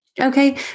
Okay